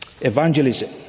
Evangelism